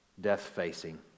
death-facing